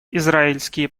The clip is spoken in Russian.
израильские